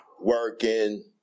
working